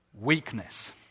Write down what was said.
weakness